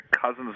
Cousins